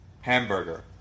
Hamburger